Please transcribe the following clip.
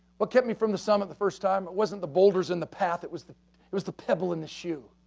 what kept me from the summit the first time, it wasn't the boulders in the path. it was the was the pebble in the shoe.